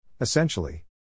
essentially